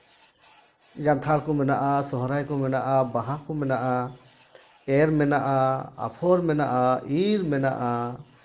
ᱡᱟᱱᱛᱷᱟᱲ ᱠᱚ ᱢᱮᱱᱟᱜᱼᱟ ᱥᱚᱨᱦᱟᱭ ᱠᱚ ᱢᱮᱱᱟᱜᱼᱟ ᱵᱟᱦᱟ ᱠᱚ ᱢᱮᱱᱟᱜᱼᱟ ᱮᱨ ᱢᱮᱱᱟᱜᱼᱟ ᱟᱯᱷᱚᱨ ᱢᱮᱱᱟᱜᱼᱟ ᱤᱨ ᱢᱮᱱᱟᱜᱼᱟ